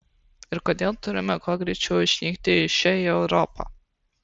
ir kodėl turime kuo greičiau išnykti iš čia į europą